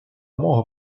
мого